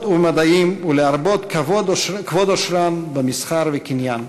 ובמדעים ולהרבות כבוד עושרן במסחר וקניין".